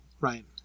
right